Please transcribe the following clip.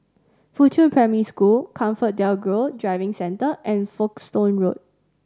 Fuchun Primary School ComfortDelGro Driving Centre and Folkestone Road